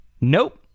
nope